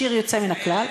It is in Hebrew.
שיר יוצא מן הכלל.